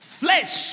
flesh